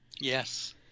Yes